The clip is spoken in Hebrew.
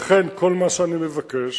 לכן כל מה שאני מבקש,